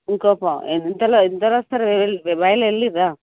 ఇంకో ఇంతలో నిద్దర వస్తోంది బయట కెళ్ళి రా